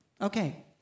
Okay